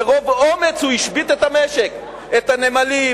מרוב אומץ הוא השבית את המשק: את הנמלים,